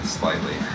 slightly